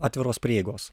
atviros prieigos